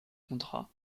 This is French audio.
contrat